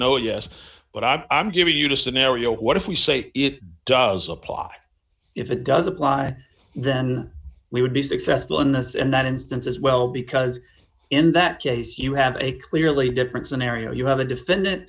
no yes but i'm giving you the scenario what if we say it does apply if it does apply then we would be successful in this and that instance as well because in that case you have a clearly different scenario you have a defendant